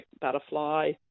butterfly